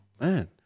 man